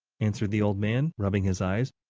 answered the old man, rubbing his eyes.